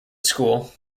school